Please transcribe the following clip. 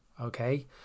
Okay